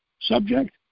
subject